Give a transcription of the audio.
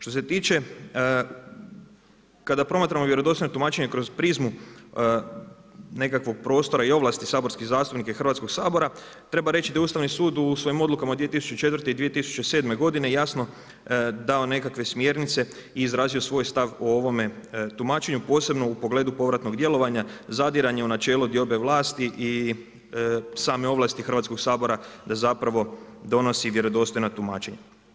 Što se tiče kada promatramo vjerodostojno tumačenje kroz prizmu nekakvog prostora i ovlasti saborskih zastupnika i Hrvatskog sabora, treba reći da je Ustavni sud u svojim odlukama 2004. i 2007. godine jasno dao nekakve smjernice i izrazio svoj stav o ovome tumačenju, posebno u pogledu povratnog djelovanja, zadiranje u načelo diobe vlasti i same ovlasti Hrvatskog sabora da zapravo donosi vjerodostojna tumačenja.